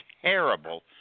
Terrible